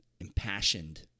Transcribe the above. impassioned